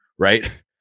Right